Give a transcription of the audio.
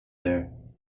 there